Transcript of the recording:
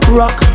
rock